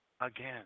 again